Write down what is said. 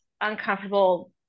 uncomfortable